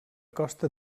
costa